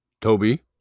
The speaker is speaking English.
Toby